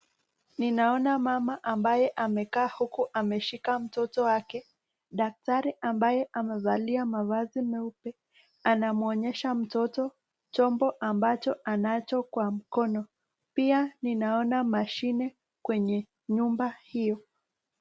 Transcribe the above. Ninaona mama ambaye amekaa huku ameshika mtoto wake, daktari ambaye amevalia mavazi meupe anamwonyesha mtoto chombo ambacho anacho kwa mkono, pia ninaona mashine kwenye nyumba hiyo.